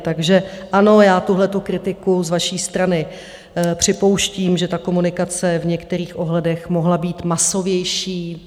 Takže ano, já tuhletu kritiku z vaší strany připouštím, že ta komunikace v některých ohledech mohla být masovější.